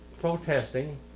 protesting